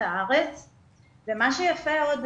עוד